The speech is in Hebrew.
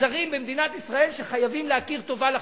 מגזרים במדינת ישראל שחייבים להכיר טובה לחרדים.